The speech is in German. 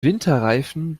winterreifen